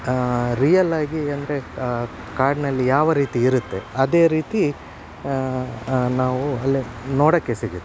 real ಆಗಿ ಅಂದರೆ ಕಾಡಿನಲ್ಲಿ ಯಾವ ರೀತಿ ಇರುತ್ತೆ ಅದೇ ರೀತಿ ನಾವು ಅಲ್ಲಿ ನೋಡೋಕ್ಕೆ ಸಿಗುತ್ತೆ